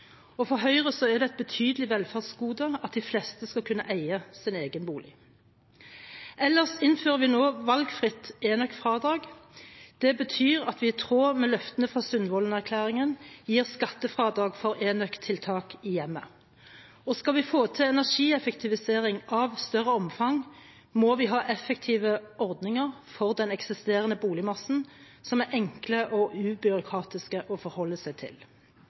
boligmarkedet. For Høyre er det et betydelig velferdsgode at de fleste skal kunne eie sin egen bolig. Ellers innfører vi nå valgfritt enøkfradrag. Det betyr at vi i tråd med løftene fra Sundvolden-erklæringen gir skattefradrag for enøktiltak i hjemmet. Skal vi få til energieffektivisering av større omfang, må vi ha effektive ordninger for den eksisterende boligmassen som er enkle og ubyråkratiske å forholde seg til.